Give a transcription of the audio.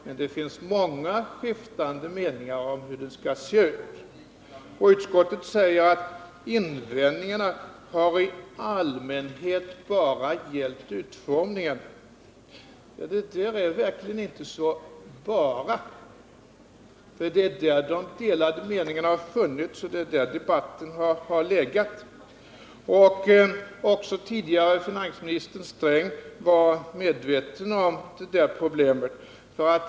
Men det finns många olika meningar om hur den skall se ut. Utskottet säger att invändningarna i allmänhet bara gällt utformningen. Det är verkligen inte så bara. Det är om detta som det funnits delade meningar, och det är om detta som debatten har stått. Också den tidigare finansministern Sträng var medveten om det här problemet.